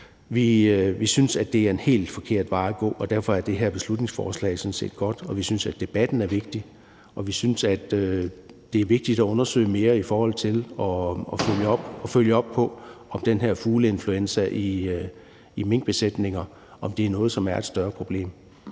Vi synes, det er en helt forkert vej at gå, og derfor er det her beslutningsforslag sådan set godt. Vi synes også, at debatten er vigtig, og vi synes, det er vigtigt at undersøge mere i forhold til at følge op på, om den her fugleinfluenza i minkbesætninger er noget, som er et større problem,